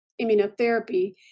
immunotherapy